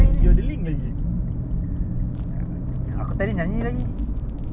so sekarang aku dekat rumah aku cakap !hey! Google download song nanti dia buka terus lagu tu